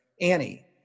Annie